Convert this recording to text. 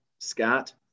Scott